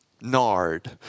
nard